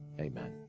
Amen